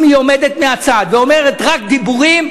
אם היא עומדת מהצד ואומרת: רק דיבורים,